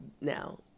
now